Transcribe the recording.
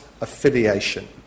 affiliation